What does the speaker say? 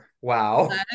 wow